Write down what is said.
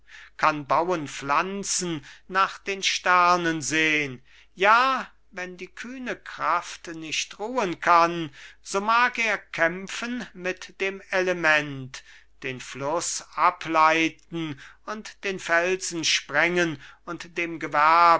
kann bauen pflanzen nach den sternen sehn ja wenn die kühne kraft nicht ruhen kann so mag er kämpfen mit dem element den fluß ableiten und den felsen sprengen und dem gewerb